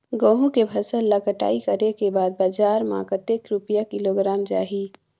गंहू के फसल ला कटाई करे के बाद बजार मा कतेक रुपिया किलोग्राम जाही?